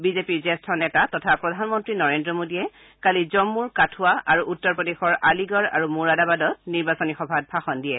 বিজেপিৰ জ্যেষ্ঠ নেতা তথা প্ৰধানমন্ত্ৰী নৰেন্দ্ৰ মোদীয়ে কালি জম্মৰ কাঠৱা আৰু উত্তৰ প্ৰদেশৰ আলিগড় আৰু মৌৰাদাবাদত নিৰ্বাচনী সভাত ভাষণ দিয়ে